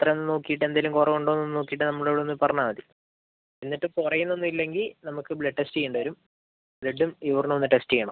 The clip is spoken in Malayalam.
ഇത്രെയൊന്ന് നോക്കിയിട്ട് എന്തെങ്കിലും കുറവുണ്ടോ എന്നൊന്ന് നോക്കിയിട്ട് നമ്മളോട് ഒന്ന് പറഞ്ഞാൽ മതി എന്നിട്ട് കുറയുന്നൊന്നും ഇല്ലെങ്കിൽ നമുക്ക് ബ്ലഡ് ടെസ്റ്റ് ചെയ്യേണ്ടിവരും ബ്ലഡും യൂറിനും ഒന്ന് ടെസ്റ്റ് ചെയ്യണം